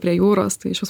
prie jūros tai išvis